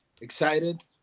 excited